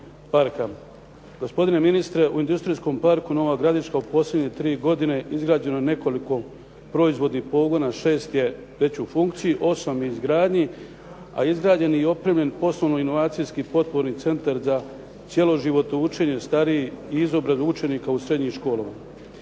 Gospodine ministre, u industrijskom parku Nova gradiška u posljednje tri godine izgrađeno je nekoliko proizvodnih pogona. Šest je već u funkciji, osam u izgradnji, a izgrađen i opremljen poslovno-inovacijski potporni centar za cjeloživotno učenje starijih i izobrazbu učenika u srednjim školama.